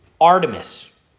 Artemis